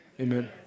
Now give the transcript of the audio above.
Amen